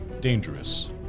dangerous